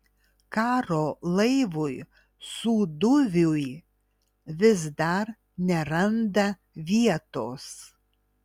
karo laivui sūduviui vis dar neranda vietos